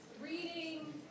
reading